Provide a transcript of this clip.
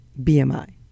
BMI